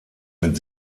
mit